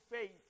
faith